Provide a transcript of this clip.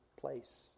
place